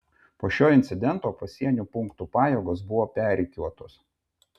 po šio incidento pasienio punktų pajėgos buvo perrikiuotos